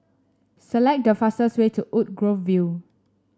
select the fastest way to Woodgrove View